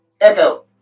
Echo